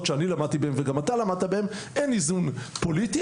שאני למדתי בהם וגם אתה למדת בהם אין איזון פוליטי,